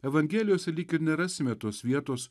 evangelijose lyg ir nerasime tos vietos